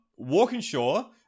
Walkinshaw